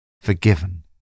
forgiven